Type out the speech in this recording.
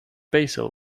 basil